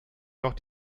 noch